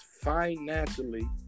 financially